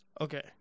Okay